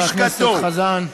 חבר הכנסת חזן.